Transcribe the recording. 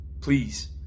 please